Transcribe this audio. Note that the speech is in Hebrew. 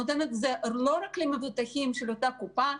נותנת מענה לא רק למבוטחים של אותה קופה,